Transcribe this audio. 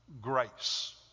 grace